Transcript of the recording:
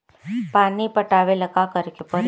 पानी पटावेला का करे के परी?